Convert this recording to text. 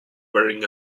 wearing